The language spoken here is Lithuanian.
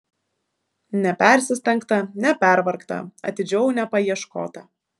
nepersistengta nepervargta atidžiau nepaieškota